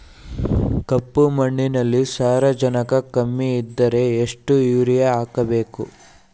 ಕಪ್ಪು ಮಣ್ಣಿನಲ್ಲಿ ಸಾರಜನಕ ಕಮ್ಮಿ ಇದ್ದರೆ ಎಷ್ಟು ಯೂರಿಯಾ ಹಾಕಬೇಕು?